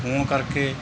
ਹੋਣ ਕਰਕੇ